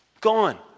Gone